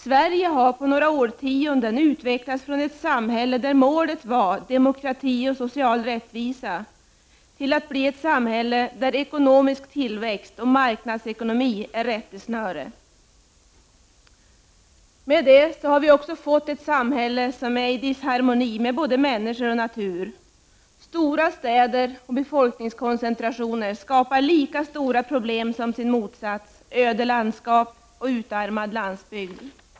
Sverige har på några årtionden utvecklats från ett samhälle där målet var demokrati och social rättvisa till ett samhälle där ekonomisk tillväxt och marknadsekonomi är rättesnöret. Därmed har vi fått ett samhälle som är i disharmoni med både människor och natur. Stora städer och befolkningskoncentrationer skapar lika stora problem som sin motsats, öde landskap och utarmad landsbygd.